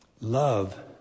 Love